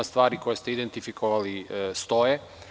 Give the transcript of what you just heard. Stvari koje ste identifikovali stoje.